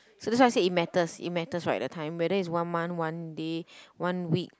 so that's why I said it matters it matters right the time whether it's one month one day one week